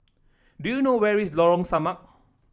do you know where is Lorong Samak